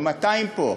ו-200 פה,